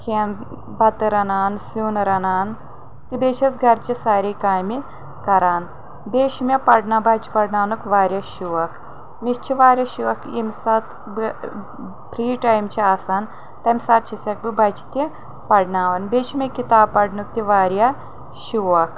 کھٮ۪ن بتہٕ رنان سیُن رنان تہٕ بیٚیہِ چھس گرٕچہِ سارے کامہِ کران بیٚیہِ چھُ مےٚ پڑنا بچہِ پرناونُک واریاہ شوق مےٚ چھِ واریاہ شوق ییٚمہِ ساتہٕ بہٕ فری ٹایِم چھ آسان تمہِ ساتہٕ چھِسکھ بہٕ بچہِ تہِ پرناوان بیٚیہِ چھُ مےٚ کِتاب پرنُک تہِ واریاہ شوق